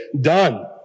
done